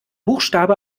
buchstabe